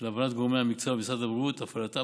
שלהבנת גורמי המקצוע במשרד הבריאות הפעלתם